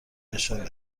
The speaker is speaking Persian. نشان